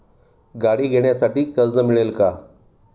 गाडी घेण्यासाठी कर्ज मिळेल का?